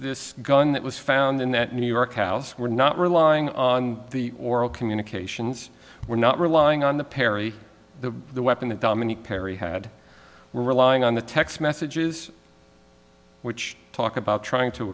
this gun that was found in that new york house we're not relying on the oral communications we're not relying on the perry the the weapon to domany perry had we're relying on the text messages which talk about trying to